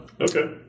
okay